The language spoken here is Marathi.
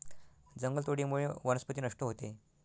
जंगलतोडीमुळे वनस्पती नष्ट होते